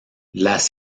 las